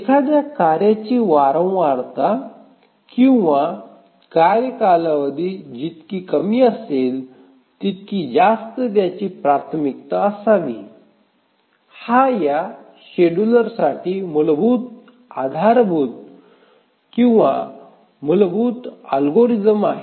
एखाद्या कार्याची वारंवारता किंवा कार्य कालावधी जितकी कमी असेल तितकी जास्त त्याची प्राथमिकता असावी हा या शेड्यूलरसाठी मूलभूत आधारभूत किंवा मूलभूत अल्गोरिदम आहे